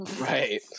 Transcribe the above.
Right